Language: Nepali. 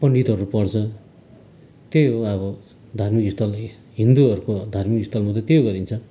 पण्डितहरू पढ्छ त्यही हो अब धार्मिक स्थल हिन्दुहरूको धार्मिक स्थलमा त त्यो गरिन्छ